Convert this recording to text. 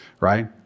right